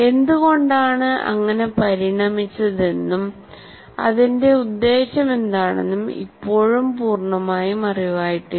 എന്തുകൊണ്ടാണ് അത് അങ്ങനെ പരിണമിച്ചതെന്നും അതിന്റെ ഉദ്ദേശ്യമെന്താണെന്നും ഇപ്പോഴും പൂർണ്ണമായും അറിവായിട്ടില്ല